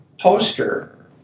poster